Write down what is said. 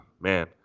man